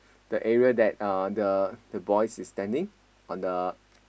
the area that uh the the boys is standing on the